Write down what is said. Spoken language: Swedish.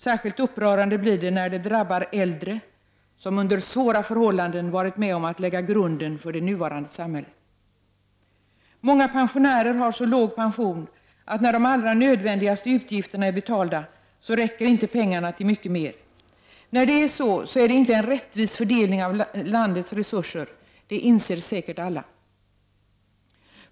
Särskilt upprörande blir det när det drabbar äldre som under svåra förhållanden varit med om att lägga grunden för det nuvarande samhället. Många pensionärer har så låg pension att när de allra nödvändigaste utgifterna är betalda, räcker pengarna inte till mycket mer. När det är så är det inte en rättvis fördelning av landets resurser. Det inser säkert alla.